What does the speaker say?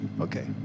Okay